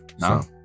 No